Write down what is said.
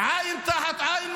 מה